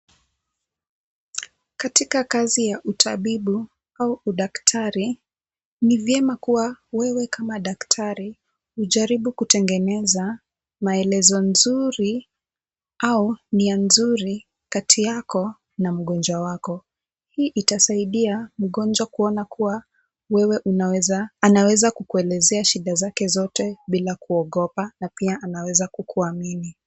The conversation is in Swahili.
Katika kazi ya utabibu au udaktari ni vyema kuwa wewe kama daktari ujaribu kutengeneza maelezo nzuri au nia nzuri kati yako na mgonjwa wako. Hii itasaidia mgonjwa kuona kuwa wewe anaweza kukuelezea shida zake zote bila kuogopa na pia anaweza kukuamini.